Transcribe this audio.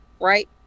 right